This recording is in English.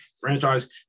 franchise